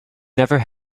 never